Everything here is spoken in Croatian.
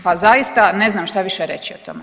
Pa zaista ne znam šta više reći o tome.